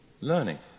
learning